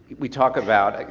we talk about